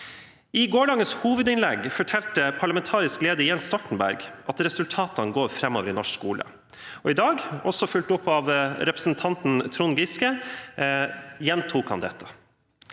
I gårsdagens hovedinnlegg fortalte parlamentarisk leder, Jens Stoltenberg, at resultatene går framover i norsk skole. I dag – også fulgt opp av representanten Trond Giske – gjentok han dette.